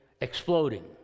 exploding